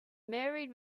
married